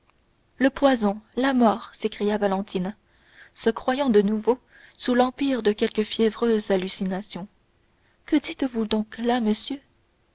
le poison la mort s'écria valentine se croyant de nouveau sous l'empire de quelque fiévreuse hallucination que dites-vous donc là monsieur